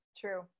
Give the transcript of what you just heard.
True